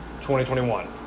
2021